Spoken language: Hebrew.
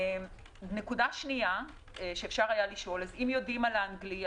נקודה שנייה שאפשר היה לשאול אם יודעים על האנגלי,